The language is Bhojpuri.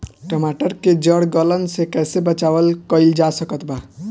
टमाटर के जड़ गलन से कैसे बचाव कइल जा सकत बा?